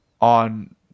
on